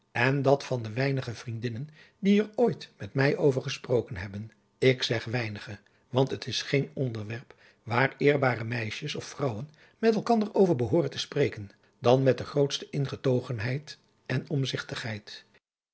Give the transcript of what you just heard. en dat van de weinige vriendinnen die er ooit met mij over gesproken hebben ik zeg weinige want het is geen onderwerp waar eerbaare meisjes of vrouwen met elkander over behooren te spreken dan met de grootste ingetogenheid en omzigtigheid